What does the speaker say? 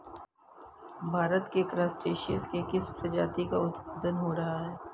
भारत में क्रस्टेशियंस के किस प्रजाति का उत्पादन हो रहा है?